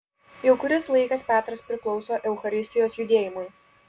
jau kuris laikas petras priklauso eucharistijos judėjimui